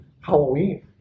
Halloween